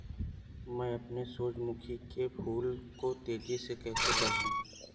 मैं अपने सूरजमुखी के फूल को तेजी से कैसे बढाऊं?